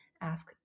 ask